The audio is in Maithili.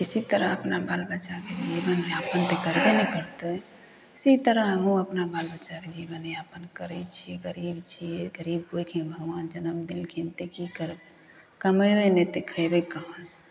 किसी तरह अपना वाल बच्चाके पालन पोषण करबे ने करतै किसी तरह हमहु अपन बाल बच्चाके जीवन यापन करै छियै गरीब छियै गरीबके ओहिठिन भगबान जनम देलखिन तऽ की करबै कमेबै नहि तऽ खयबै कहाँ से